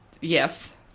Yes